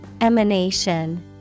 Emanation